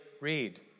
read